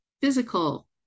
physical